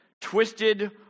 twisted